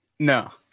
no